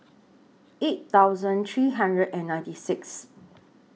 eight thousand three hundred and ninety Sixth